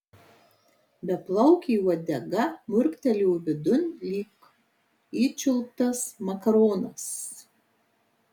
beplaukė uodega murktelėjo vidun lyg įčiulptas makaronas